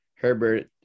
Herbert